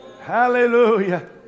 Hallelujah